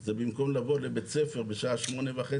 זה במקום לבוא לבית ספר בשעה 08:30